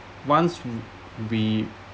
once w~ we